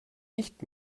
nicht